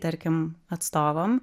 tarkim atstovams